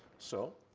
so